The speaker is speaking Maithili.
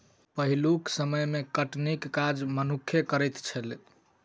पहिलुक समय मे कटनीक काज मनुक्खे करैत छलै